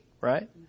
right